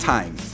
Time